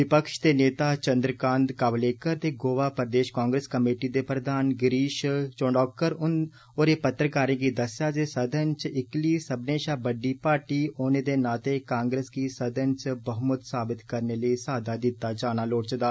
विपक्ष दे नेता चन्द्रकांत कावलेकर ते गोवा प्रदेष कांग्रेस केमटी दे प्रधान गिरिष चोडांकर होरें पत्रकारें गी दस्सेआ जे सदन च इक्कली सब्बनें षा बड्डी पार्टी होने दे नाते कांग्रेस गी सदन च बहुमत साबत करने लेई साद्दा दिता जाना लोड़चदा